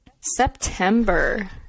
September